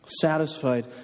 satisfied